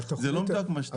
זה לא מדויק מה שאתה אומר.